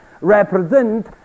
represent